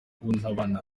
mukantabana